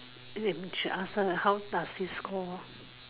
Lim should ask her how does this call